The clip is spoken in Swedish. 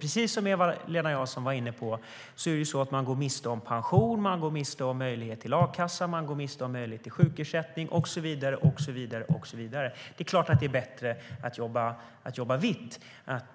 Precis som Eva-Lena Jansson var inne på går man miste om pension. Man går miste om möjlighet till a-kassa. Man går miste om möjlighet till sjukersättning och så vidare. Det är klart att det är bättre att jobba vitt,